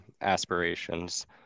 aspirations